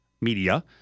media